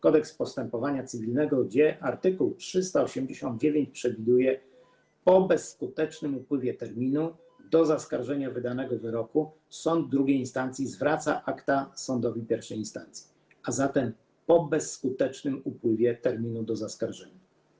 Kodeks postępowania cywilnego, gdzie art. 389 przewiduje, że po bezskutecznym upływie terminu do zaskarżenia wydanego wyroku sąd II instancji zwraca akta sądowi I instancji, a zatem - po bezskutecznym upływie terminu do zaskarżenia.